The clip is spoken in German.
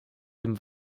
dem